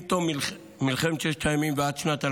עם תום מלחמת ששת הימים ועד שנת 2013,